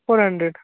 four hundred